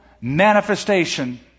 manifestation